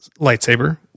lightsaber